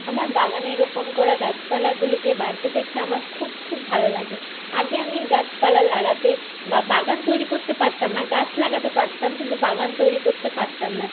আমার বাগানে রোপণ করা গাছপালাগুলিকে বাড়তে দেখে আমার খুব খুব ভালো লাগে আগে আমি গাছপালা লাগাতে বা বাগান তৈরি করতে পারতাম না গাছ লাগাতে পারতাম কিন্তু বাগান তৈরি করতে পারতাম না